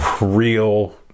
real